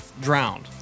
drowned